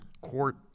Court